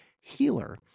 healer